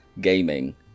gaming